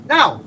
Now